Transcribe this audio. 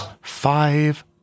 five